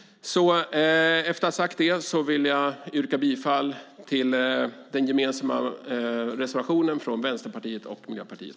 Härmed vill jag yrka bifall till den gemensamma reservationen från Vänsterpartiet och Miljöpartiet.